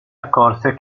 accorse